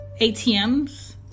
ATMs